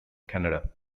canada